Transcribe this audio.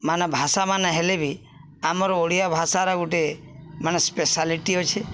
ମାନେ ଭାଷା ମାନେ ହେଲେ ବି ଆମର ଓଡ଼ିଆ ଭାଷାର ଗୋଟେ ମାନେ ସ୍ପେସାଲିଟି ଅଛେ